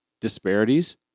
disparities